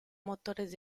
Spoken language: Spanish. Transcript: motores